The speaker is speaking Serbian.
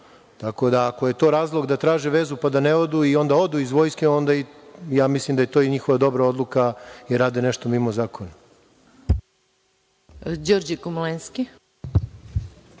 Tako da, ako je to razlog da traže vezu pa da ne odu i onda odu iz vojske, onda ja mislim da je to njihova dobra odluka, jer rade nešto mimo zakona.